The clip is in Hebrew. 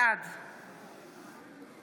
בעד